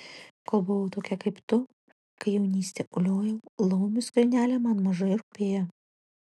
kol buvau tokia kaip tu kai jaunystę uliojau laumių skrynelė man mažai rūpėjo